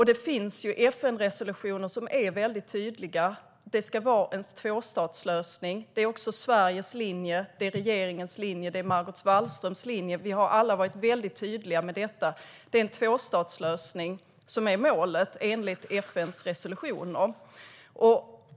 Det finns FN-resolutioner som är mycket tydliga när det gäller att det ska vara en tvåstatslösning. Det är Sveriges linje, det är regeringens linje och det är Margot Wallströms linje. Vi har alla varit tydliga med detta. Det är en tvåstatslösning som är målet enligt FN:s resolutioner.